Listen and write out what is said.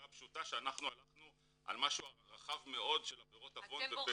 הפשוטה שאנחנו הלכנו על משהו רחב מאוד של עבירות עוון ופשע.